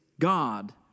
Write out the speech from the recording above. God